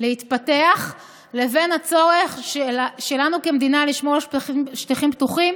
להתפתח לבין הצורך שלנו כמדינה לשמור על שטחים פתוחים,